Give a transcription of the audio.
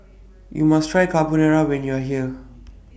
YOU must Try Carbonara when YOU Are here